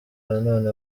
nanone